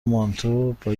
مانتو، با